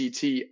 CT